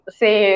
say